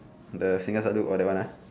the singgah selalu or that one ah